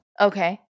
Okay